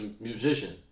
musician